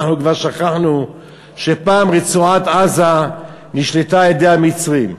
אנחנו כבר שכחנו שפעם רצועת-עזה נשלטה על-ידי המצרים,